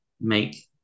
make